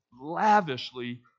lavishly